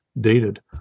dated